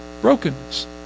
brokenness